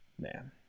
Man